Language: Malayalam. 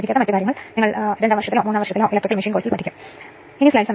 അതിനാൽ സിംഗിൾ ഫേസ് സർക്യൂട്ട് പോലെയുള്ള ഈ പ്രശ്നങ്ങളെല്ലാം പരിഹരിച്ചതായി നേരിട്ട് എഴുതാൻ കഴിയും